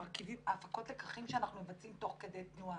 הפקות הלקחים שאנחנו מבצעים תוך כדי תנועה,